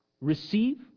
receive